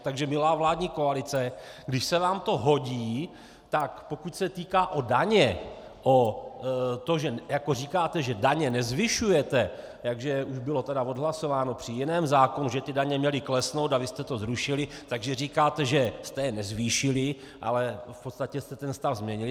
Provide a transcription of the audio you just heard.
Takže milá vládní koalice, když se vám to hodí, tak pokud se týká o daně, o to, že říkáte, že daně nezvyšujete, jak už bylo tedy odhlasováno při jiném zákonu, že ty daně měly klesnout, a vy jste to zrušili, takže říkáte, že jste je nezvýšili, ale v podstatě jste ten stav změnili.